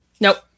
Nope